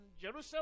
Jerusalem